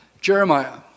Jeremiah